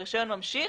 הרישיון ממשיך